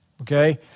okay